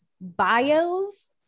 bios